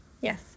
Yes